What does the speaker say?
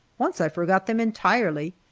once i forgot them entirely,